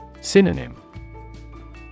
Synonym